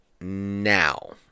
now